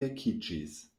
vekiĝis